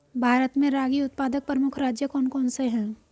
भारत में रागी उत्पादक प्रमुख राज्य कौन कौन से हैं?